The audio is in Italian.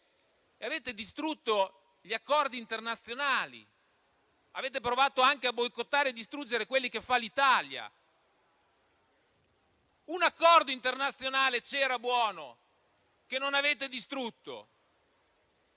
Avete distrutto gli accordi internazionali. Avete provato anche a boicottare e distruggere quelli fatti dall'Italia. Un accordo internazionale buono esisteva, che non avete distrutto.